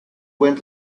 buen